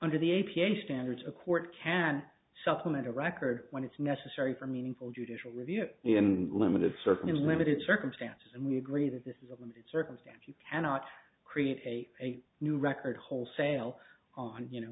under the a p a standards a court can supplement a record when it's necessary for meaningful judicial review in limited certain limited circumstances and we agree that this is a limited circumstance you cannot create a new record wholesale on you know